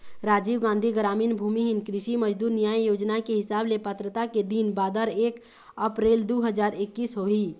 राजीव गांधी गरामीन भूमिहीन कृषि मजदूर न्याय योजना के हिसाब ले पात्रता के दिन बादर एक अपरेल दू हजार एक्कीस होही